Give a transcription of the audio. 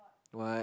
what